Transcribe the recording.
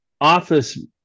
office